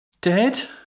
dead